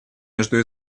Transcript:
между